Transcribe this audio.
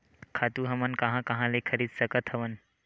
खातु हमन कहां कहा ले खरीद सकत हवन?